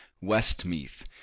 westmeath